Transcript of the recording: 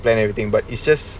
plan everything but it's just